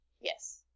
Yes